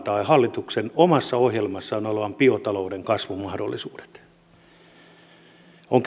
hallituksen omassa ohjelmassaan olevan biotalouden kasvun mahdollisuudet on